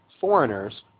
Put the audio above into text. foreigners